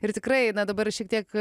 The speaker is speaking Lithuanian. ir tikrai na dabar šiek tiek